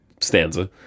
stanza